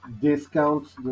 discounts